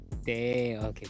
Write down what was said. Okay